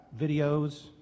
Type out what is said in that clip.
videos